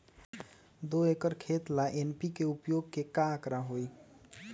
दो एकर खेत ला एन.पी.के उपयोग के का आंकड़ा होई?